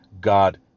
God